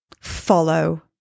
follow